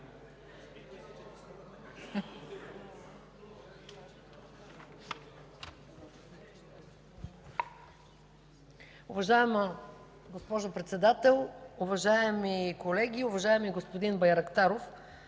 Уважаема госпожо Председател, уважаеми колеги! Уважаеми господин Байрактаров,